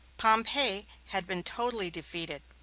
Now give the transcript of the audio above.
pompey had been totally defeated.